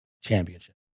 championship